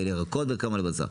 לירקות ולבשר.